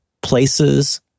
Places